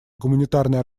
гуманитарные